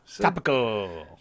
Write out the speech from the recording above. Topical